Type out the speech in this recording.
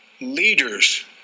leaders